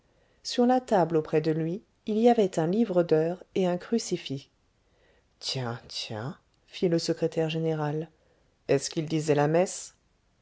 sur la table auprès de lui il y avait un livre d'heures et un crucifix tiens tiens fit le secrétaire général est-ce qu'ils disaient la messe